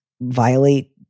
violate